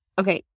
Okay